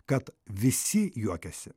kad visi juokiasi